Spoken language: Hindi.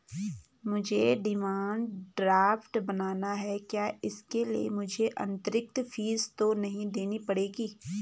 मुझे डिमांड ड्राफ्ट बनाना है क्या इसके लिए मुझे अतिरिक्त फीस तो नहीं देनी पड़ेगी?